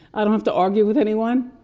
i don't have to argue with anyone.